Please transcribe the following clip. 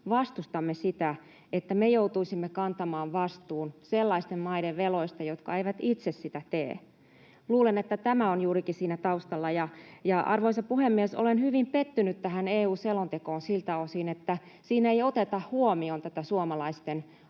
vastustamme sitä, että me joutuisimme kantamaan vastuun sellaisten maiden veloista, jotka eivät itse sitä tee. Luulen, että tämä on juurikin siinä taustalla, ja, arvoisa puhemies, olen hyvin pettynyt tähän EU-selontekoon siltä osin, että siinä ei oteta huomioon tätä suomalaisten